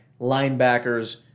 linebackers